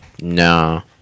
no